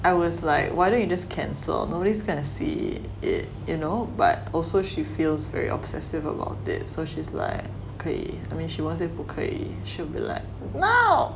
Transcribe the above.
I was like why don't you just cancel nobody's gonna see it you know but also she feels very obsessive about it so she's like okay I mean she won't say 不可以 she'll be like no